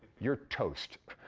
you're toast.